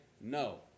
no